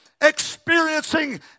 experiencing